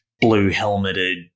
blue-helmeted